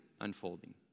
unfolding